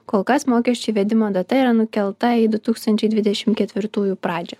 kol kas mokesčių įvedimo data yra nukelta į du tūkstančiai dvidešim ketvirtųjų pradžią